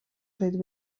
zait